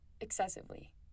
excessively